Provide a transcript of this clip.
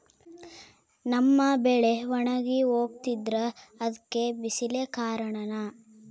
ನಮ್ಮ ಬೆಳೆ ಒಣಗಿ ಹೋಗ್ತಿದ್ರ ಅದ್ಕೆ ಬಿಸಿಲೆ ಕಾರಣನ?